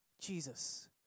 Jesus